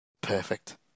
perfect